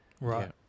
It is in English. right